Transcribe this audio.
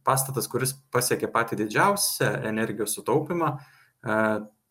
pastatas kuris pasiekia patį didžiausią energijos sutaupymą e